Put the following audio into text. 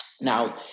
Now